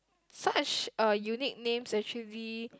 such uh unique names actually